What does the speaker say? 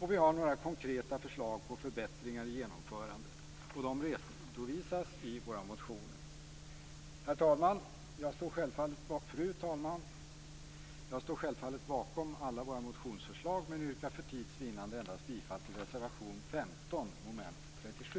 och vi har några konkreta förslag på förbättringar i genomförandet. De redovisas i våra motioner. Fru talman! Jag står självfallet bakom alla våra motionsförslag men yrkar för tids vinnande bifall endast till reservation 15, som gäller mom. 37.